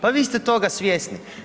Pa vi ste toga svjesni.